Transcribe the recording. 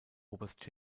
oberst